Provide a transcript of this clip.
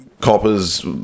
coppers